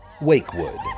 Wakewood